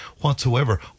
whatsoever